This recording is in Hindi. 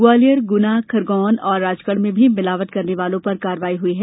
ग्वालियर गुना खरगोन और राजगढ़ में भी मिलावट करने वालों पर कार्रवाई हुई है